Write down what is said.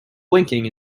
blinking